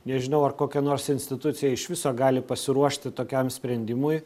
nežinau ar kokia nors institucija iš viso gali pasiruošti tokiam sprendimui